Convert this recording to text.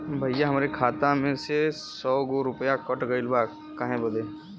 भईया हमरे खाता मे से सौ गो रूपया कट गइल बा काहे बदे?